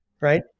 right